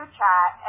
chat